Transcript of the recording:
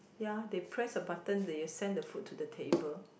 ya they press the button they send the food to the table